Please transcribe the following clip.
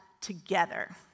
together